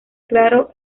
claro